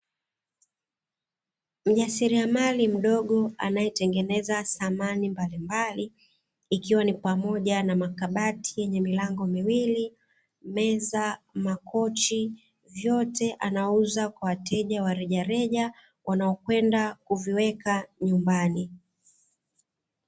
Mjasiriamali mdogo anayetengeneza samani mbalimbali, ikiwa ni pamoja na: makabati yenye milango miwili, meza, makochi; vyote anauza kwa wateja wa rejareja wanaokwenda kuviweka nyumbani.